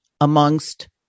amongst